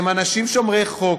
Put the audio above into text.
הם אנשים שומרי חוק,